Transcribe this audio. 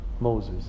Moses